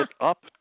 up